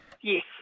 Yes